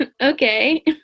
okay